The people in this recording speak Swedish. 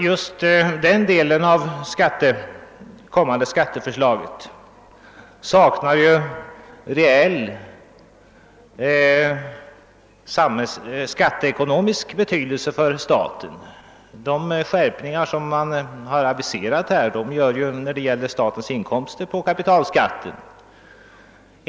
Just den delen av det kommande skatteförslaget saknar reell skatteekonomisk betydelse för staten. De skärpningar som har aviserats här ger inte staten några betydande belopp i inkomst från kapitalskatter.